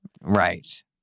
right